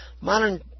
Modern